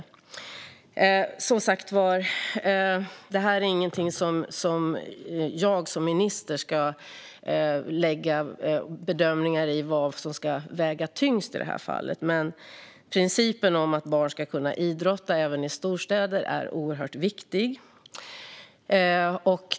Som sagt: Jag ska som minister inte göra bedömningar av vad som ska väga tyngst i det här fallet. Men principen om att barn ska kunna idrotta även i storstäder är oerhört viktig.